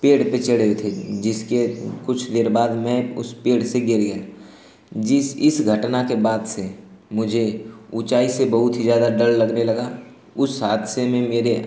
पेड़ पर चढ़े हुए थे जिसके कुछ देर बाद मैं उस पेड़ से गिर गया जिस उस घटना के बाद से मुझे ऊँचाई से बहुत ही ज़्यादा डर लगने लगा उस हादसे में मेरे